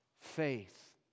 faith